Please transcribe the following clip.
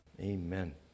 Amen